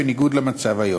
בניגוד למצב היום.